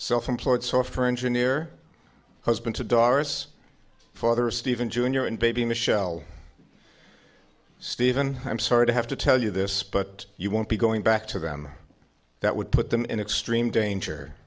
self employed software engineer husband to doris father stephen jr and baby michelle stephen i'm sorry to have to tell you this but you won't be going back to them that would put them in extreme danger